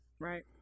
right